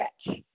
stretch